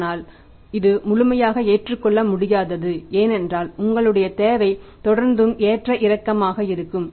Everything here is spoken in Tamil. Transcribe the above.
ஆனால் இது முழுமையாக ஏற்றுக்கொள்ள முடியாதது ஏனென்றால் உங்களுடைய தேவை தொடர்ந்து ஏற்ற இறக்கமாகக் இருக்கும்